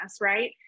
right